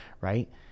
right